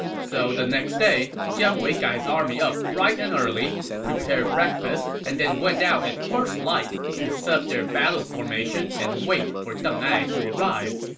so the next day, jiang wei got his army up bright and early, prepared breakfast, and then went out at first light to set up their battle formation and wait for deng ai to arrive.